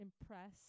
impress